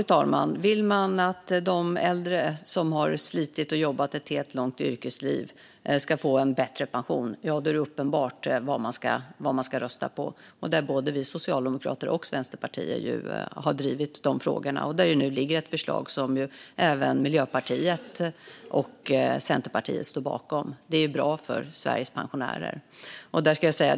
Fru talman! Vill man att de äldre som har slitit och jobbat ett helt långt yrkesliv ska få en bättre pension är det uppenbart vad man ska rösta på. Både vi socialdemokrater och Vänsterpartiet har drivit de frågorna. Nu ligger det ett förslag som även Miljöpartiet och Centerpartiet står bakom. Det är bra för Sveriges pensionärer.